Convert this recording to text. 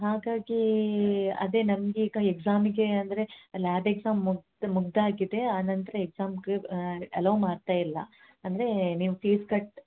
ಹಾಗಾಗಿ ಅದೆ ನಮ್ಗೆ ಈಗ ಎಕ್ಸಾಮಿಗೆ ಅಂದರೆ ಲ್ಯಾಬ್ ಎಕ್ಸಾಮ್ ಮುಗ್ದು ಮುಗಿದಾಗಿದೆ ಆ ನಂತರ ಎಕ್ಸಾಮಿಗ್ ಅಲೋ ಮಾಡ್ತಾ ಇಲ್ಲ ಅಂದರೆ ನೀವು ಫೀಸ್ ಕಟ್ಟಿ